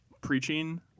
preaching